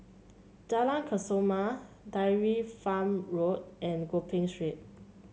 Jalan Kesoma Dairy Farm Road and Gopeng Street